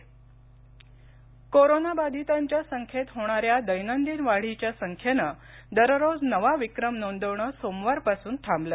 Covid corona बाधितांच्या संख्येत होणाऱ्या दैनंदिन वाढीच्या संख्येनं दररोज नवा विक्रम नोंदवणं सोमवारपासून थांबलं